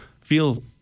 feel